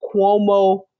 Cuomo